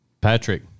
patrick